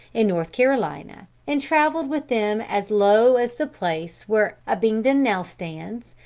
in north carolina, and travelled with them as low as the place where abingdon now stands,